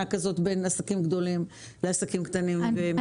כזאת בין עסקים גדולים לעסקים קטנים ומשקי בית.